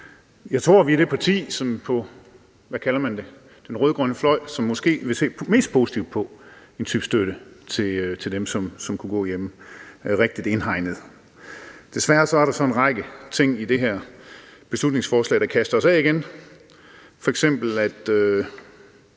jeg tror, at vi er det parti på, hvad kalder man det, den rød-grønne fløj, som måske vil se mest positivt på en type støtte til dem, som kunne gå hjemme, hvis det er rigtigt indhegnet. Desværre er der så en række ting i det her beslutningsforslag, der kaster os af igen,